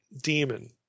demon